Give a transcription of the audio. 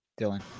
Dylan